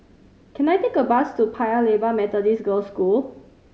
can I take a bus to Paya Lebar Methodist Girls' School